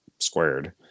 squared